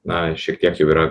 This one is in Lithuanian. na šiek tiek jau yra